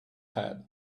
had